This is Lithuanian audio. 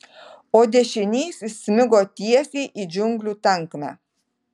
o dešinysis smigo tiesiai į džiunglių tankmę